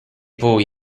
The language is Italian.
poi